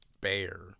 bear